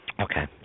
Okay